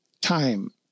time